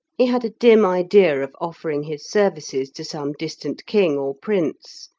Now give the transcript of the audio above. he had a dim idea of offering his services to some distant king or prince,